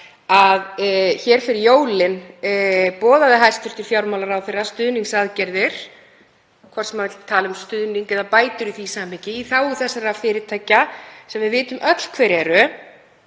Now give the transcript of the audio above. það að fyrir jólin boðaði hæstv. fjármálaráðherra stuðningsaðgerðir, hvort sem maður vill tala um stuðning eða bætur í því samhengi, í þágu þessara fyrirtækja sem við vitum öll hver eru,